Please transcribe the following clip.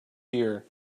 year